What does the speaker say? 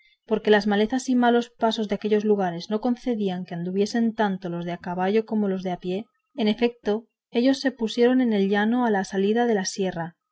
porque las malezas y malos pasos de aquellos lugares no concedían que anduviesen tanto los de a caballo como los de a pie en efeto ellos se pusieron en el llano a la salida de la sierra